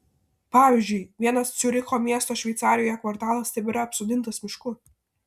pavyzdžiui vienas ciuricho miesto šveicarijoje kvartalas tebėra apsodintas mišku